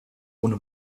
ohne